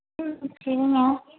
ம் சரிங்க